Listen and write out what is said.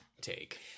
take